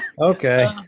Okay